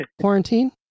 quarantine